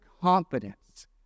confidence